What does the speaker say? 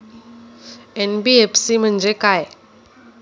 NBFC म्हणजे काय?